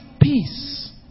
peace